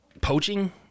poaching